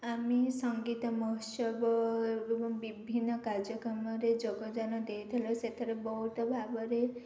ଆମେ ସଙ୍ଗୀତ ମହୋତ୍ସବ ଏବଂ ବିଭିନ୍ନ କାର୍ଯ୍ୟକ୍ରମରେ ଯୋଗଦାନ ଦେଇଥିଲୁ ସେଥିରେ ବହୁତ ଭାବରେ